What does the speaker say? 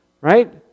right